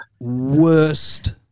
worst